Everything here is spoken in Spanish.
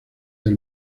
del